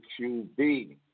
QB